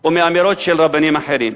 או מאמירות של רבנים אחרים.